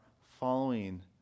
following